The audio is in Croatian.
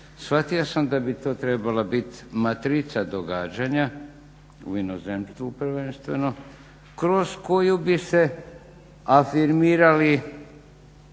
Shvatio sam da bi to trebala biti matrica događanja u inozemstvu prvenstveno kroz koju bi se afirmirali